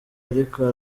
ariko